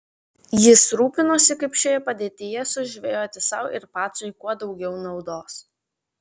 jis rūpinosi kaip šioje padėtyje sužvejoti sau ir pacui kuo daugiau naudos